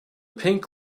pink